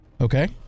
Okay